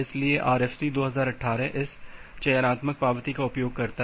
इसलिए RFC 2018 इस चयनात्मक पावती का उपयोग करता है